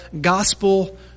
gospel